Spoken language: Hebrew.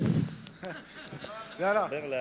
לא.